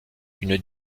une